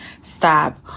stop